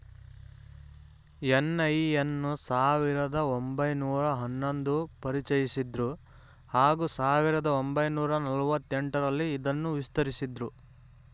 NI ಅನ್ನು ಸಾವಿರದ ಒಂಬೈನೂರ ಹನ್ನೊಂದು ಪರಿಚಯಿಸಿದ್ರು ಹಾಗೂ ಸಾವಿರದ ಒಂಬೈನೂರ ನಲವತ್ತ ಎಂಟರಲ್ಲಿ ಇದನ್ನು ವಿಸ್ತರಿಸಿದ್ರು